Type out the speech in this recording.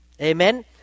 Amen